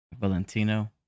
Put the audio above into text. Valentino